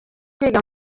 kwiga